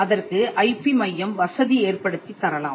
அதற்கு ஐபி மையம் வசதி ஏற்படுத்தித் தரலாம்